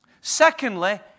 Secondly